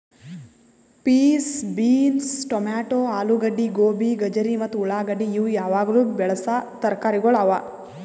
piece, beans, tomato, ಆಲೂಗಡ್ಡಿ, ಗೋಬಿ, ಗಜರಿ ಮತ್ತ ಉಳಾಗಡ್ಡಿ ಇವು ಯಾವಾಗ್ಲೂ ಬೆಳಸಾ ತರಕಾರಿಗೊಳ್ ಅವಾ